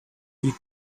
eat